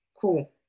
Cool